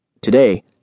Today